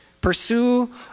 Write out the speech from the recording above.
pursue